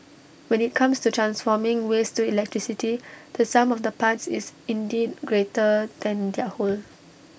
when IT comes to transforming waste to electricity the sum of the parts is indeed greater than their whole